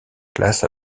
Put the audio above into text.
classe